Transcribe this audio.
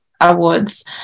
Awards